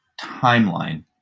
timeline